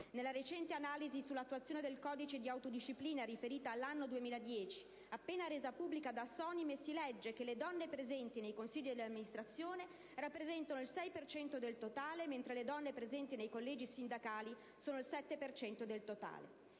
Nella recente analisi sull'attuazione del codice di autodisciplina riferita all'anno 2010, appena resa pubblica da Assonime, si legge che le donne presenti nei consigli di amministrazione rappresentano il 6 per cento del totale, mentre le donne presenti nei collegi sindacali sono il 7 per cento